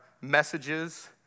messages